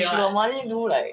she got money do like